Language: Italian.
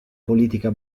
politica